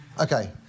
Okay